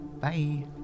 Bye